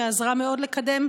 שעזרה מאוד לקדם,